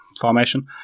formation